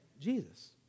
Jesus